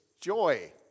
joy